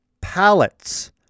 pallets